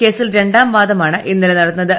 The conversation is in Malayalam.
കേസിൽ രണ്ടാം വാദമാണ് ഇന്നലെ നടന്നത്